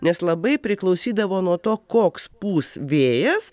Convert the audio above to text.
nes labai priklausydavo nuo to koks pūs vėjas